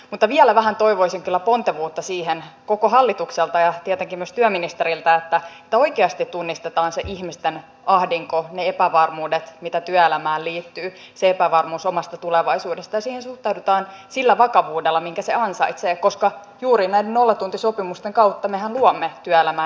mutta vielä vähän toivoisin kyllä pontevuutta koko hallitukselta ja tietenkin myös työministeriltä siihen että oikeasti tunnistetaan se ihmisten ahdinko ne epävarmuudet mitä työelämään liittyy se epävarmuus omasta tulevaisuudesta ja että siihen suhtaudutaan sillä vakavuudella minkä se ansaitsee koska juuri näiden nollatuntisopimusten kauttahan me luomme työelämään epävarmuutta